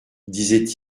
disait